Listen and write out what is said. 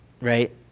right